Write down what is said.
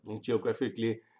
geographically